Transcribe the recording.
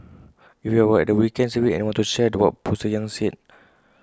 if you were at the weekend service and want to share what pastor yang said